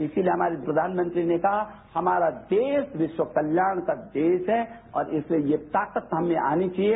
इसीलिए हमारे प्रधानमंत्री ने कहा हमारा देश विश्व कल्याण का देश है और इसे ये ताकत सामने आनी चाहिए